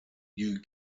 you